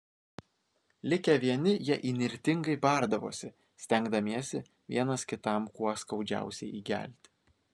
likę vieni jie įnirtingai bardavosi stengdamiesi vienas kitam kuo skaudžiausiai įgelti